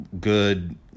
good